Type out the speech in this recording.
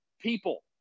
people